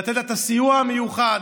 לתת את הסיוע המיוחד,